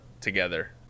together